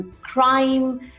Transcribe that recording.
crime